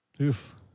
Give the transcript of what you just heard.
Oof